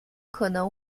可能